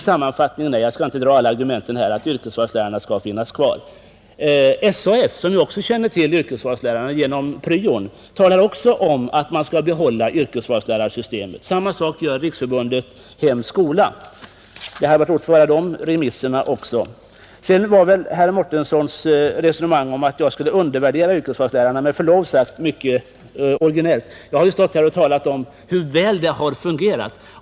Sammanfattningen är — jag skall inte dra alla argumenten här — att yrkesvalslärarna skall finnas kvar. SAF som ju också känner till yrkesvalslärarna genom pryon talar också om att man skall behålla yrkesvalslärarsystemet. Detsamma gör Riksförbundet Hem och Skola. Man borde ha fått höra om de remissvaren också. Sedan var herr Mårtenssons resonemang om att jag skulle undervärdera yrkesvalslärarna med förlov sagt mycket originellt. Jag har ju talat om hur väl detta fungerat.